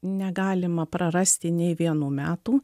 negalima prarasti nei vienų metų